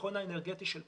הביטחון האנרגטי של כולנו.